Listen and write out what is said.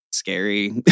scary